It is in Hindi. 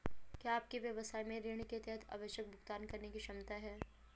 क्या आपके व्यवसाय में ऋण के तहत आवश्यक भुगतान करने की क्षमता है?